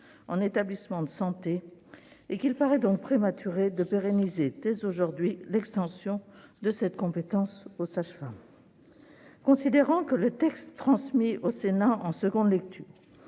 en établissement de santé, et qu'il paraît donc prématuré de pérenniser dès aujourd'hui l'extension de cette compétence aux sages-femmes ; Considérant que le texte transmis au Sénat en seconde lecture